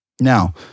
Now